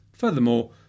Furthermore